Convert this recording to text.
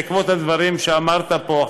בעקבות הדברים שאמרת פה,